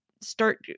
Start